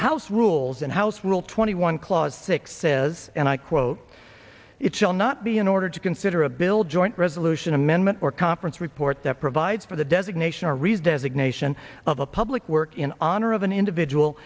house rules and house rule twenty one clause six says and i quote it shall not be in order to consider a bill joint resolution amendment or conference report that provides for the designation are raised as ignition of a public work in honor of an individual